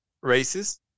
races